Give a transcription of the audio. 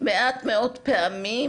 מעט מאוד פעמים,